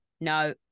no